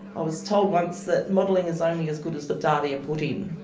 i was told once that modelling is only as good as the data you put in,